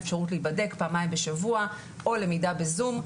אפשרות להידבק פעמיים בשבוע או למידה בזום,